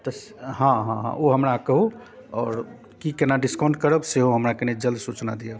तऽ हँ हँ हँ ओ हमरा कहू आओर की केना डिस्काउंट करब सेहो हमरा कने जल्द सूचना दिअ